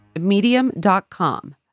Medium.com